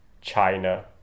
china